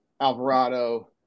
Alvarado